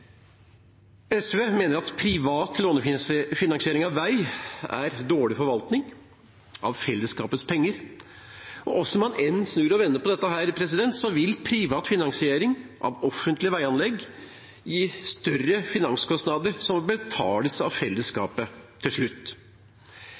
SV mener at privat lånefinansiering av vei er dårlig forvaltning av fellesskapets penger. Hvordan man enn snur og vender på dette, vil privat finansiering av offentlige veianlegg gi større finanskostnader, som til slutt må betales av